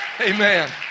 amen